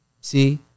See